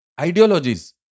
ideologies